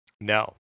No